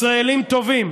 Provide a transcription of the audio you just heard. ישראלים טובים,